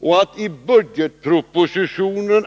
Vidare aviseras i budgetpropositionen